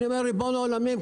ריבון העולמים,